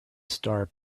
star